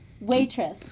Waitress